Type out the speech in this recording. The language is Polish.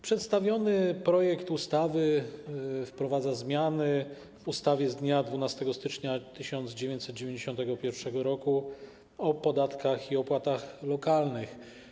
Przedstawiony projekt ustawy wprowadza zmiany w ustawie z dnia 12 stycznia 1991 r. o podatkach i opłatach lokalnych.